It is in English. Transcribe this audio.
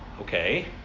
Okay